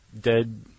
dead